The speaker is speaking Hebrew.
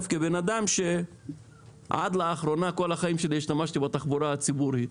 כאדם שעד לאחרונה כל החיים שלי השתמשתי בתחבורה הציבורית,